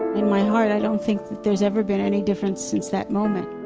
in my heart i don't think that there's ever been any difference since that moment